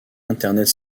internet